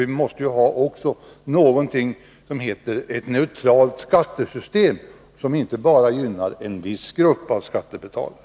Vi måste också ha ett neutralt skattesystem, som inte bara gynnar en viss grupp av skattebetalare.